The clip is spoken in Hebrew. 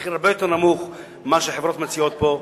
במחיר הרבה יותר נמוך ממה שחברות מציעות פה.